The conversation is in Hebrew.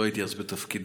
לא הייתי אז בתפקידי,